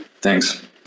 thanks